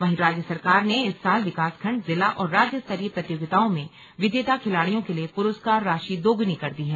वहीं राज्य सरकार ने इस साल विकासखण्ड जिला और राज्य स्तरीय प्रतियोगिताओं में विजेता खिलाड़ियों के लिए पुरस्कार राशि दोगुनी कर दी है